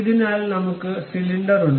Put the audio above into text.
അതിനാൽ നമ്മുക്ക് സിലിണ്ടർ ഉണ്ട്